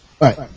Right